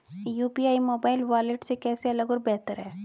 UPI mobile wallet से कैसे अलग और बेहतर है?